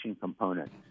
component